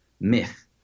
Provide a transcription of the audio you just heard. myth